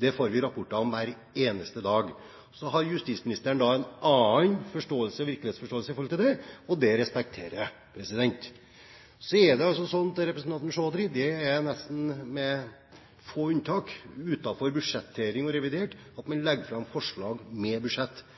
Det får vi rapporter om hver eneste dag. Så har justisministeren en annen virkelighetsforståelse av det, og det respekterer jeg. Til representanten Chaudhry: Det er altså med få unntak utenom budsjetter og utenom revidert man legger fram forslag med budsjett.